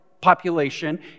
population